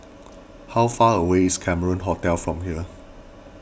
how far away is Cameron Hotel from here